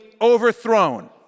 overthrown